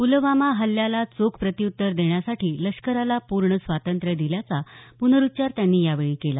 पूलवामा हल्ल्याला चोख प्रत्यूत्तर देण्यासाठी लष्कराला पूर्ण स्वातंत्र्य दिल्याचा पुनरुच्चार त्यांनी यावेळी केला